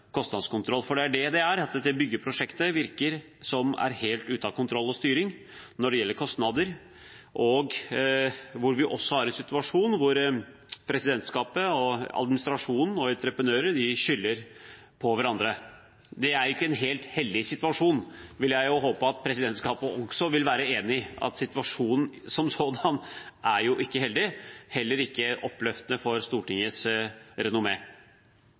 kostnadskontroll, hvorfor skal andre da foreta kostnadskutt og ha kostnadskontroll? For det er slik det er. Det virker som om byggeprosjektet er helt utenfor kontroll og styring når det gjelder kostnader, og hvor vi også er i en situasjon der presidentskapet, administrasjonen og entreprenører skylder på hverandre. Det er ikke en heldig situasjon. Det vil jeg håpe at presidentskapet også vil være enig i, og den er heller ikke oppløftende for Stortingets